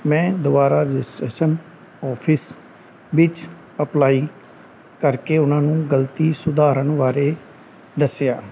ਮੈਂ ਦੁਬਾਰਾ registration office ਵਿੱਚ ਅਪਲਾਈ ਕਰਕੇ ਉਹਨਾਂ ਨੂੰ ਗਲਤੀ ਸੁਧਾਰਨ ਬਾਰੇ ਦੱਸਿਆ